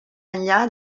enllà